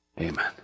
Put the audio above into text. Amen